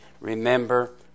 remember